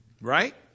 Right